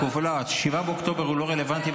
7 באוקטובר הוא לא רלוונטי,